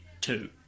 two